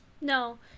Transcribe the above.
No